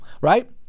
right